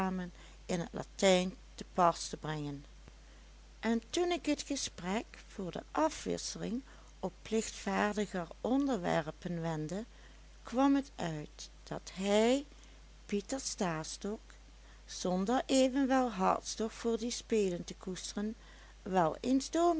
in t latijn te pas te brengen en toen ik t gesprek voor de afwisseling op lichtvaardiger onderwerpen wendde kwam het uit dat hij pieter stastok zonder evenwel hartstocht voor die spelen te koesteren wel eens